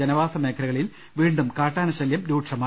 ജനവാസമേഖലകളിൽ വീണ്ടും കാട്ടാന ശല്യം രൂക്ഷമായി